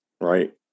Right